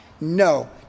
no